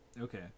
okay